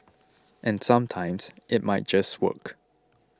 and sometimes it might just work